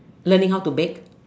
learning how to bake